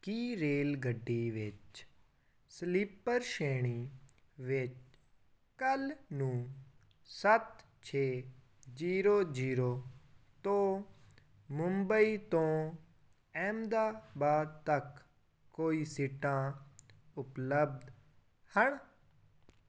ਕੀ ਰੇਲਗੱਡੀ ਵਿੱਚ ਸਲੀਪਰ ਸ਼੍ਰੇਣੀ ਵਿੱਚ ਕੱਲ੍ਹ ਨੂੰ ਸੱਤ ਛੇ ਜ਼ੀਰੋ ਜ਼ੀਰੋ ਤੋਂ ਮੁੰਬਈ ਤੋਂ ਅਹਿਮਦਾਬਾਦ ਤੱਕ ਕੋਈ ਸੀਟਾਂ ਉਪਲਬਧ ਹਨ